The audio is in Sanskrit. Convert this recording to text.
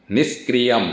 निष्क्रियम्